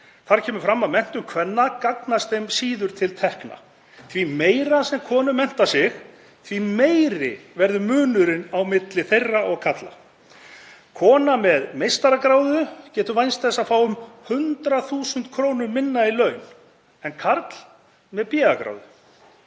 Þar kemur fram að menntun kvenna gagnist þeim síður til tekna. Því meira sem konur mennta sig, því meiri verður munurinn á milli þeirra og karla. Kona með meistaragráðu getur vænst þess að fá 100.000 kr. minna í laun en karl með BA-gráðu.